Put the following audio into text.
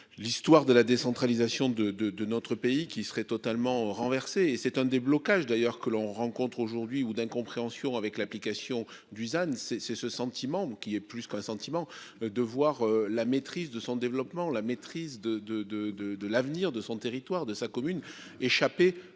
L'histoire de la décentralisation de de de notre pays qui serait totalement renversé c'est un déblocage d'ailleurs que l'on rencontre aujourd'hui ou d'incompréhension avec l'application Dusan c'est c'est ce sentiment qui est plus qu'un sentiment de voir la maîtrise de son développement, la maîtrise de de de de de l'avenir de son territoire de sa commune échapper